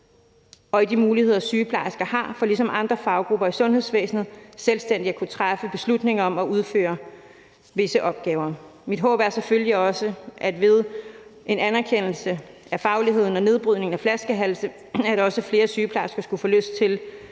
og i de muligheder, sygeplejersker ligesom andre faggrupper i sundhedsvæsenet har for selvstændigt at kunne træffe beslutninger om at udføre visse opgaver. Mit håb er selvfølgelig også, at flere sygeplejersker ved en anerkendelse af fagligheden og nedbrydning af flaskehalse skulle få lyst til